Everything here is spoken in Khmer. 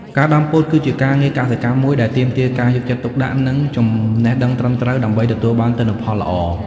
ការដាំពោតគឺជាការងារកសិកម្មមួយដែលទាមទារការយកចិត្តទុកដាក់ និងចំណេះដឹងត្រឹមត្រូវ ដើម្បីទទួលបានទិន្នផលល្អ។